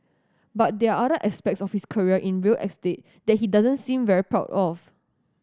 but there are other aspects of his career in real estate that he doesn't seem very proud of